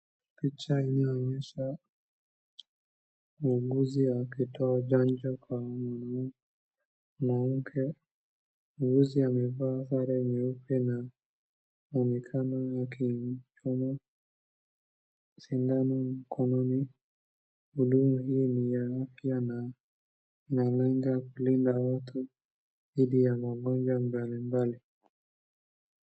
Picha inayoonyesha muuguzi akitoa chanjo kwa mwanamke, muuguzi amevaa sare nyeupe na anaonekana akimchuma sindano mkononi, huduma hii ni ya afya na huenda kulinda watu dhidi ya magonjwa mbalimbali.